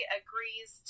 agrees